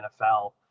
NFL